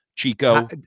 Chico